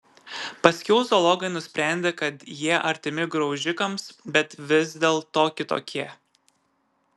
paskiau zoologai nusprendė kad jie artimi graužikams bet vis dėlto kitokie